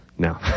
No